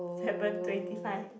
seven twenty five